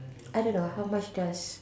I don't know how much does